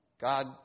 God